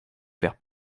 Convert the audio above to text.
faire